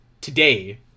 today